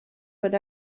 but